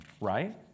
right